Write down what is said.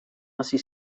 hasi